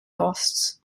costs